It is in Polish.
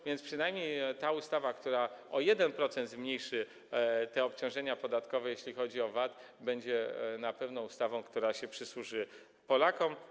A więc przynajmniej ta ustawa, która o 1% zmniejszy te obciążenia podatkowe, jeśli chodzi o VAT, będzie na pewno ustawą, która przysłuży się Polakom.